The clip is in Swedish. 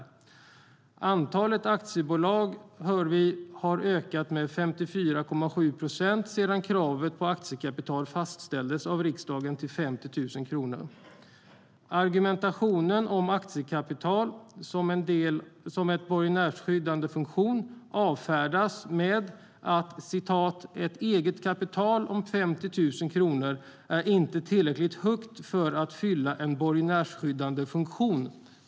Dessutom har antalet aktiebolag ökat med 54,7 procent sedan kravet på aktiekapital fastställdes av riksdagen till 50 000 kronor. Argumentet om aktiekapital som borgenärsskyddande funktion avfärdas med att ett eget kapital om 50 000 kronor inte är tillräckligt högt för att fylla en borgenärsskyddande funktion.